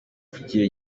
kugira